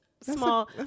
Small